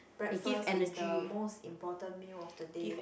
breakfast is the most important meal of the day